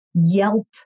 Yelp